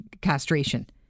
castration